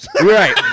Right